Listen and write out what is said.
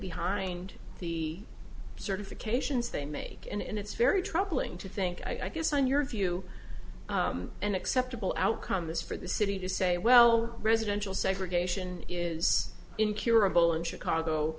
behind the certifications they make and it's very troubling to think i guess on your view an acceptable outcome is for the city to say well residential segregation is incurable in chicago